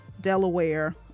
Delaware